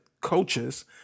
coaches